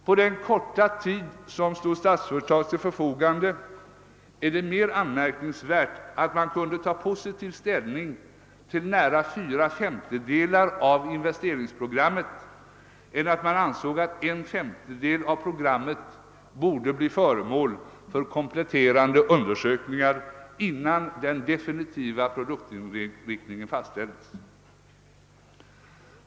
På den korta tid som stod Statsföretag till förfogande är det mer anmärkningsvärt att man kunde ta positiv ställning till nära 4 s av programmet borde bli föremål för kompletterande undersökningar innan den definitiva produktinriktningen fastställdes.